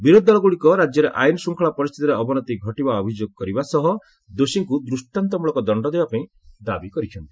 ବିରୋଧୀ ଦଳଗୁଡ଼ିକ ରାଜ୍ୟରେ ଆଇନ ଶୃଙ୍ଖଳା ପରିସ୍ଥିତିରେ ଅବନତି ଘଟିବା ଅଭିଯୋଗ କରିବା ସହ ଦୋଷୀଙ୍କୁ ଦୃଷ୍ଟାନ୍ତମୂଳକ ଦଣ୍ଡ ଦେବାପାଇଁ ଦାବି କରିଛନ୍ତି